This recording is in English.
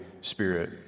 Spirit